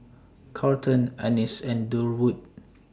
Carlton Annis and Durwood